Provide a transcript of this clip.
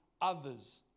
others